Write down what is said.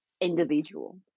individual